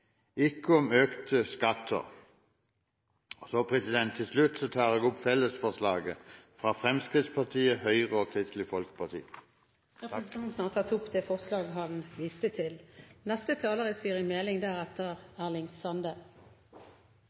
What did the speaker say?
ikke om økte skatter. Til slutt tar jeg opp mindretallsforslaget fra Fremskrittspartiet, Høyre og Kristelig Folkeparti. Representanten Henning Skumsvoll har tatt opp forslaget han viste til.